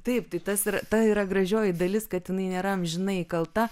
taip tai tas ir ta yra gražioji dalis kad jinai nėra amžinai įkalta